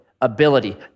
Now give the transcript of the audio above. ability